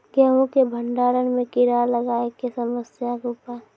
गेहूँ के भंडारण मे कीड़ा लागय के समस्या के उपाय?